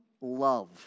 love